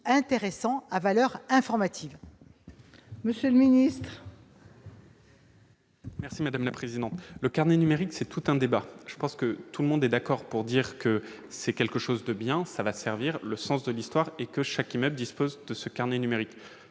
intéressant à valeur informative.